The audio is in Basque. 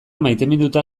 maiteminduta